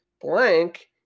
blank